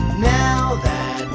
now that